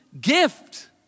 gift